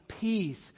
peace